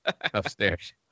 upstairs